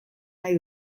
nahi